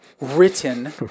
written